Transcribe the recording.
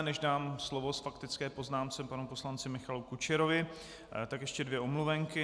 Než dám slovo k faktické poznámce panu poslanci Michalu Kučerovi, tak ještě dvě omluvenky.